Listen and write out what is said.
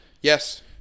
Yes